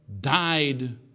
died